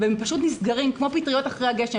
הם פשוט נסגרים כמו פטריות אחרי הגשם,